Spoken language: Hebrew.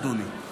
אדוני,